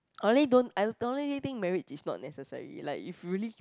only don't I strongly think marriage is not necessary like if you really